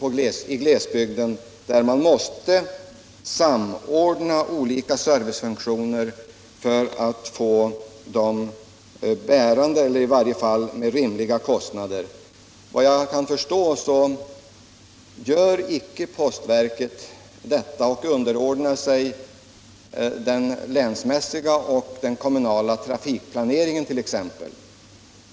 I glesbygden måste nämligen olika servicefunktioner ofta samordnas för att de skall kunna bära sig ekonomiskt eller i varje fall dra rimliga kostnader. Vad jag kan förstå vill postverket t.ex. inte underordna sig den länsmässiga och kommunala trafikplaneringen.